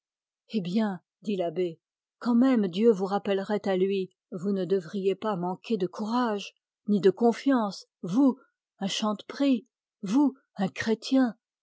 eh bien dit l'abbé quand même dieu vous rappellerait à lui vous ne devriez pas manquer de courage ni de confiance vous un chanteprie vous un chrétien